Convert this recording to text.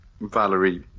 Valerie